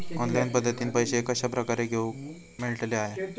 Online पद्धतीन पैसे कश्या प्रकारे ठेऊक मेळतले काय?